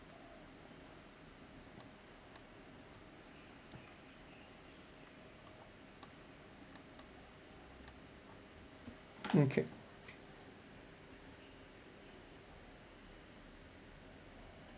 mm okay